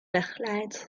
wegglijdt